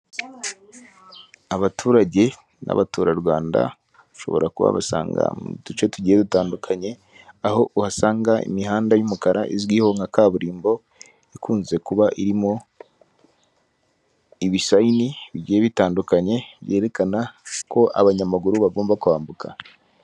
Abaturage n'abaturarwanda bashobora kuba basanga mu duce tugiye dutandukanye, aho uhasanga imihanda y'umukara izwiho nka kaburimbo ikunze kuba irimo ibisayini bigiye bitandukanye byerekana ko abanyamaguru bagomba kwambuka.